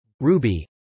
ruby